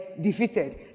defeated